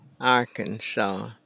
Arkansas